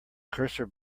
cursor